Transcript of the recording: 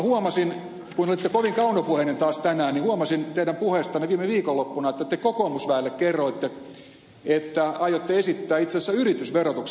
mutta kun olitte kovin kaunopuheinen taas tänään niin huomasin teidän puheestanne viime viikonloppuna että te kokoomusväelle kerroitte että aiotte esittää itse asiassa yritysverotuksen laskua